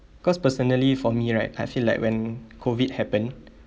cause personally for me right I feel like when COVID happen